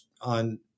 on